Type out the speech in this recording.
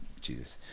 Jesus